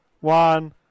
One